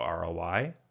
ROI